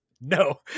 No